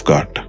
God